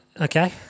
Okay